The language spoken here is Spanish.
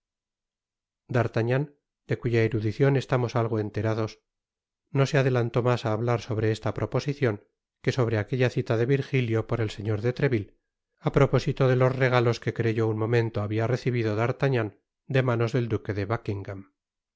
d'artagnan de cuya erudicion estamos algo enterados no se adelantó mas á hablar sobre esta proposicion que sobre aquella cita de virgilio por ej señor de trevílle á propósito de los regalos que creyó un momento habia recibido d'artagnan de manos del duque buckingam